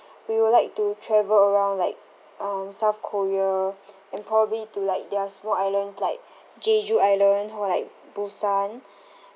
we will like to travel around like um south korea and probably to like their small islands like jeju island or like busan